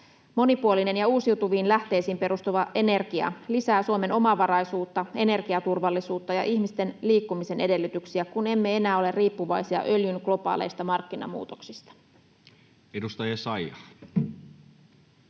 Monipuolinen ja uusiutuviin lähteisiin perustuva energia lisää Suomen omavaraisuutta, energiaturvallisuutta ja ihmisten liikkumisen edellytyksiä, kun emme enää ole riippuvaisia öljyn globaaleista markkinamuutoksista. [Speech